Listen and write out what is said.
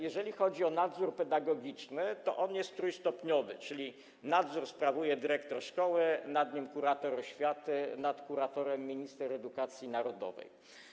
Jeżeli chodzi o nadzór pedagogiczny, to on jest trójstopniowy, czyli nadzór sprawuje dyrektor szkoły, nad nim jest kurator oświaty, nad kuratorem - minister edukacji narodowej.